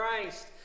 Christ